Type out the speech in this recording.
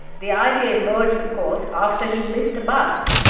the idea emerged of course, after he missed a bus.